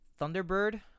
Thunderbird